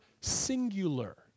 singular